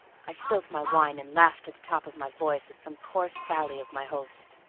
i spilt my wine and laughed at the top of my voice at some coarse sally of my host's.